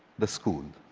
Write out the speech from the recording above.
the school.